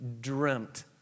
dreamt